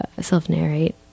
self-narrate